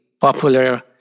popular